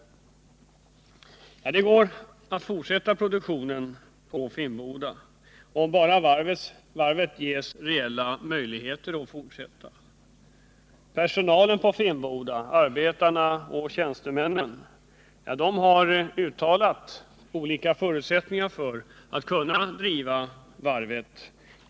Det är möjligt att fortsätta produktionen på Finnboda, om varvet bara ges reella möjligheter härtill. Arbetarna och tjänstemännen vid Finnboda Varv har angivit olika förutsättningar för en fortsatt drift av varvet.